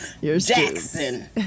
Jackson